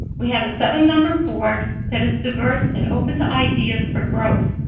we have a seven-member board that is diverse and open to ideas for growth.